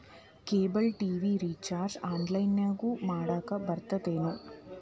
cable TV recharge ಆನ್ಲೈನ್ನ್ಯಾಗು ಮಾಡಕ ಬರತ್ತೇನು